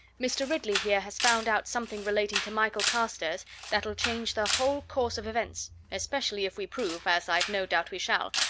mr. ridley here has found out something relating to michael carstairs that'll change the whole course of events especially if we prove, as i've no doubt we shall,